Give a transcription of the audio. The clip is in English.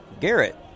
Garrett